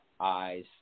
eyes